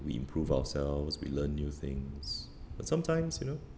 we improve ourselves we learn new things but sometimes you know